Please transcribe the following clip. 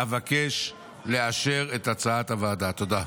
אבקש לאשר את הצעת הוועדה תודה.